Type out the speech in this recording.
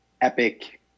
epic